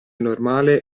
normale